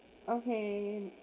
okay